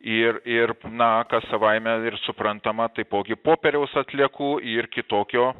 ir ir na kas savaime ir suprantama taipogi popieriaus atliekų ir kitokio